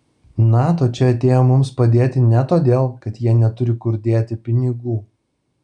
nato čia atėjo mums padėti ne todėl kad jie neturi kur dėti pinigų